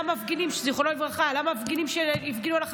זיכרונו לברכה, על המפגינים החרדים שהפגינו,